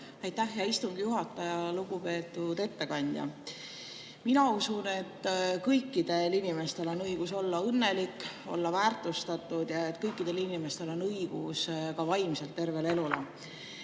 Aitäh, hea istungi juhataja! Lugupeetud ettekandja! Mina usun, et kõikidel inimestel on õigus olla õnnelik, olla väärtustatud, ja kõikidel inimestel on õigus ka vaimselt tervele elule.